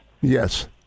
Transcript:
yes